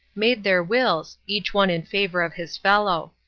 made their wills, each one in favour of his fellow.